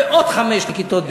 ועוד חמש לכיתות ב'.